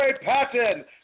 Patton